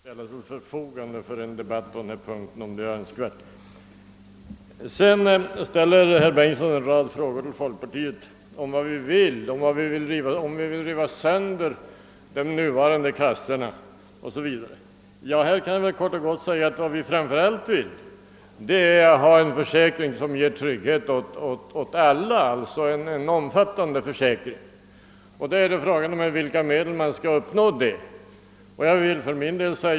Herr talman! Jag deltog inte i den presskonferens som herr Bengtsson i Varberg talade om och kan alltså inte diskutera vad som sades eller inte sades vid det tillfället. Tyvärr är herr Wedén av sjukdom förhindrad att närvara här i dag, men jag förmodar att han ställer sig till förfogande för en debatt om så anses önskvärt. Herr Bengtsson i Varberg ställde en rad frågor till folkpartiet om vi vill riva upp de nuvarande kassorna 0. s. v. Vad vi framför allt vill är att få en omfattande försäkring som ger trygghet åt alla. Frågan är då med vilka medel man skall uppnå den tryggheten.